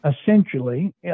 essentially